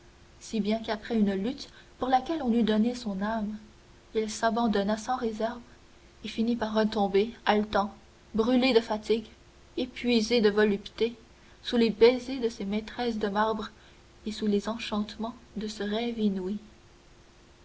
si bien qu'après une lutte pour laquelle on eût donné son âme il s'abandonna sans réserve et finit par retomber haletant brûlé de fatigue épuisé de volupté sous les baisers de ces maîtresses de marbre et sous les enchantements de ce rêve inouï